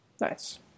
Nice